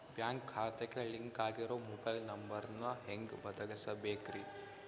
Bank ಖಾತೆಗೆ link ಆಗಿರೋ mobile number ನ ಹೆಂಗ್ ಬದಲಿಸಬೇಕ್ರಿ?